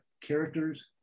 Characters